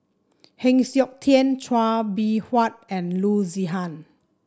Heng Siok Tian Chua Beng Huat and Loo Zihan